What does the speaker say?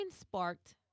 sparked